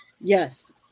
yes